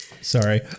sorry